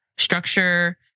structure